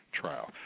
trial